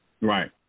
Right